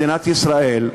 מדינת ישראל,